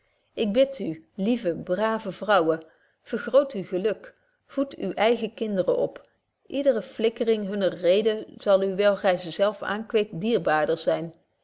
ik bid u lieve brave vrouwen vergroot uw geluk voedt uwe eigen kinderen op ydere flikkering hunner rede zal u wyl gy ze zelf aankweekt dierbaarder zyn